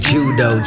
Judo